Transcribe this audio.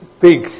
big